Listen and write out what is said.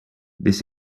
this